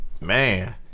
Man